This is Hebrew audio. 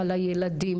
על הילדים,